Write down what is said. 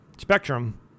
Spectrum